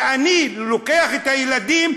שכאשר אני לוקח את הילדים,